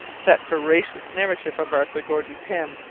that veracious narrative of arthur gordon pym,